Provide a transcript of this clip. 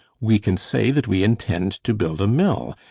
we can say that we intend to build a mill,